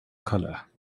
colour